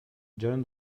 giorno